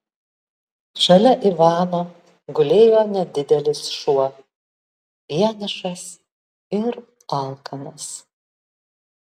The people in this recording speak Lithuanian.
šalia ivano gulėjo nedidelis šuo vienišas ir alkanas